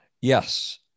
Yes